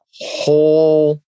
whole